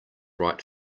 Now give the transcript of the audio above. right